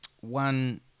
one